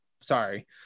sorry